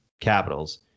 Capitals